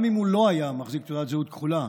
גם אם הוא לא היה מחזיק תעודת זהות כחולה,